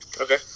Okay